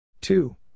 Two